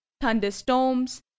thunderstorms